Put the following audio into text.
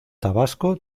tabasco